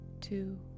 two